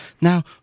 Now